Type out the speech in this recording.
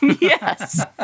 Yes